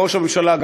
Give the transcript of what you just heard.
ראש הממשלה,